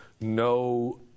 no